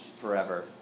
forever